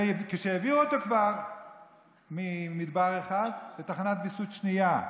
וכשהעבירו אותו כבר ממדבר אחד לתחנת ויסות שנייה,